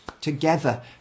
together